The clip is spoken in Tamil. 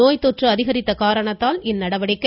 நோய்த் தொற்று அதிகரித்த காரணத்தால் இந்நடவடிக்கை